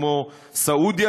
כמו סעודיה,